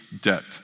debt